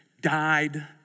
died